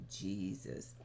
Jesus